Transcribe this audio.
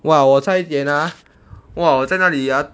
!wah! 我差一点 ah !wah! 我在那里 ah